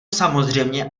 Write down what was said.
samozřejmě